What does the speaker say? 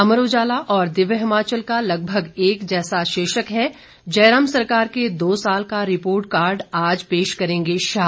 अमर उजाला और दिव्य हिमाचल का लगभग एक जैसा शीर्षक है जयराम सरकार के दो साल का रिपोर्ट कार्ड आज पेश करेंगे शाह